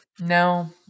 No